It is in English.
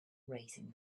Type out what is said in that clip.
raising